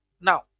now